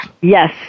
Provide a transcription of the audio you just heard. Yes